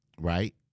right